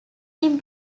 been